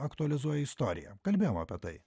aktualizuoja istoriją kalbėjom apie tai